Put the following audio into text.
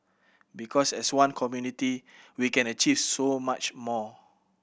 because as one community we can achieve so much more